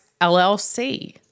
LLC